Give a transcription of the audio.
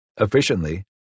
efficiently